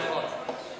נכון.